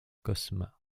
cosma